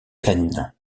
pleine